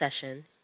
session